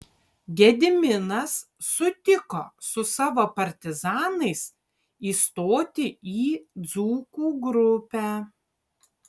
gediminas sutiko su savo partizanais įstoti į dzūkų grupę